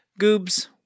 Goobs